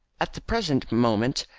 at the present moment,